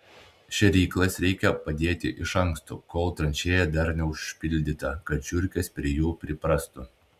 šėryklas reikia padėti iš anksto kol tranšėja dar neužpildyta kad žiurkės prie jų priprastų